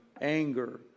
Anger